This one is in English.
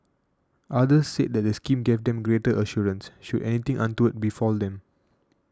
others said the scheme gave them greater assurance should anything untoward befall them